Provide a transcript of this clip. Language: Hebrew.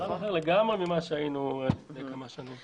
ממה שהיינו לפני כמה שנים.